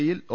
E യിൽ O